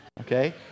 okay